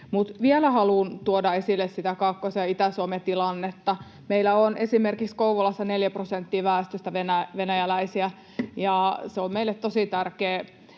vielä haluan tuoda esille Kaakkois‑ ja Itä-Suomen tilannetta. Meillä on esimerkiksi Kouvolassa neljä prosenttia väestöstä venäläisiä, ja se on meille tosi tärkeä